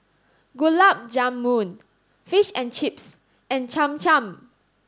Gulab Jamun Fish and Chips and Cham Cham